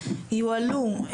הם יועלו לערר,